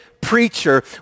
preacher